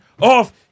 off